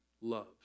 loves